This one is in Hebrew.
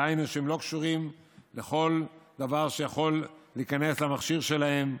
דהיינו שהם לא קשורים לכל דבר שיכול להיכנס למכשיר שלהם,